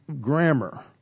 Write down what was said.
grammar